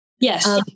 Yes